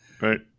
right